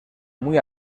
muy